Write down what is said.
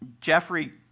Jeffrey